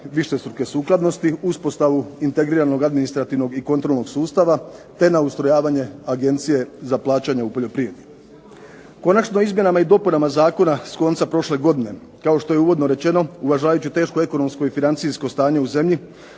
višestruke sukladnosti, uspostavu integriranog administrativnog i kontrolnog sustava te na ustrojavanje agencije za plaćanje u poljoprivredi. Konačno Izmjenama i dopunama Zakona s konca prošle godine kao što je uvodno rečeno uvažavajući tešku ekonomsko i financijsko stanje u zemlji